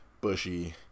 Bushy